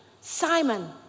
Simon